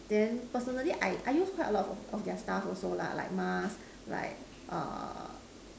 then personally I I use quite a lot of of their stuff also lah like mask like err